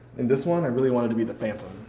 in this one, i really wanted to be the phantom. oh,